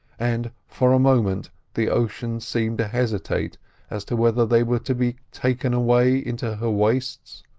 and for a moment the ocean seemed to hesitate as to whether they were to be taken away into her wastes,